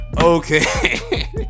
okay